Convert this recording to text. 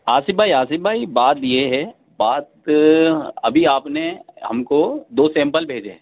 آصف بھائی آصف بھائی بات یہ ہے بات ابھی آپ نے ہم کو دو سیمپل بھیجے